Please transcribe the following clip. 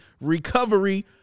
recovery